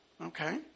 Okay